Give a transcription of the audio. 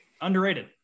Underrated